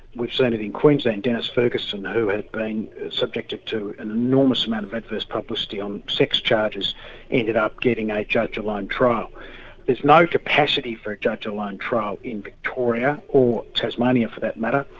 we've seen it in queensland, dennis ferguson who had been subjected to an enormous amount of adverse publicity on sex charges ended up getting a judge-alone trial. there is no capacity for a judge-alone trial in victoria or tasmania for that matter.